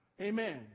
Amen